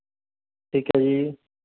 ਠੀਕ ਹੈ ਜੀ